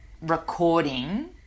recording